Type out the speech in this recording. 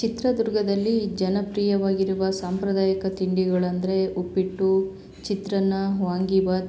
ಚಿತ್ರದುರ್ಗದಲ್ಲಿ ಜನಪ್ರಿಯವಾಗಿರುವ ಸಾಂಪ್ರದಾಯಿಕ ತಿಂಡಿಗಳಂದರೆ ಉಪ್ಪಿಟ್ಟು ಚಿತ್ರಾನ್ನ ವಾಂಗಿಭಾತ್